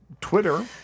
Twitter